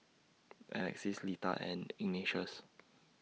Alexys Litha and Ignatius